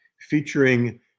featuring